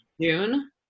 June